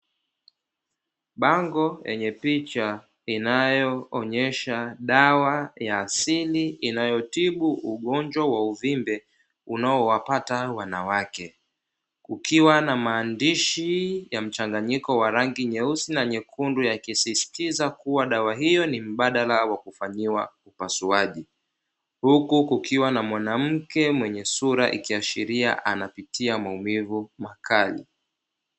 Bango lenye picha inayonyesha dawa ya asili inayotibu ugojwa wa uvimbe unaowapta wanawake. kukiwa na maandishi mchanganyiko meusi na meupe yakisisitiza kuwa dawa hiyo ni mbadala wa kufanyiwa upasuaji huku kukiwa na mwanamke mwenye sura ikiashiria anapitia maumivu makali.